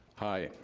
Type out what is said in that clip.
hi,